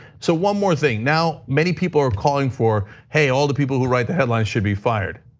so one more thing. now, many people are calling for, hey, all the people who write the headlines should be fired.